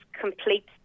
complete